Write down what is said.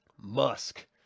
Musk